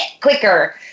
quicker